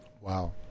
Wow